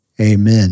Amen